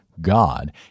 God